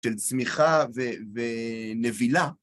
של צמיחה ונבילה.